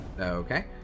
okay